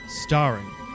starring